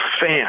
Fan